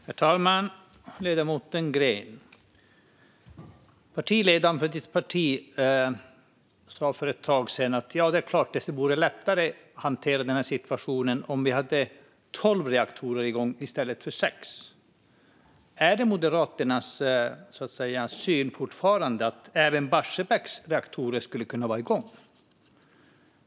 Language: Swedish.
Herr talman! Partiledaren för ledamoten Greens parti sa för ett tag sedan att det vore lättare att hantera denna situation om vi hade tolv reaktorer igång i stället för sex. Är det Moderaternas syn att även Barsebäcks reaktorer skulle kunna vara igång?